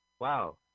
Wow